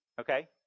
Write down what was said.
Okay